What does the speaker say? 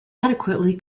adequately